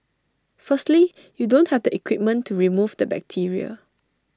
firstly you don't have the equipment to remove the bacteria